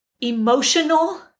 emotional